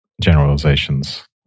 generalizations